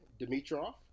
Dimitrov